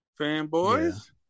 fanboys